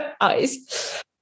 eyes